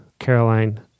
Caroline